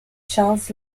charles